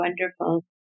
wonderful